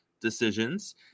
decisions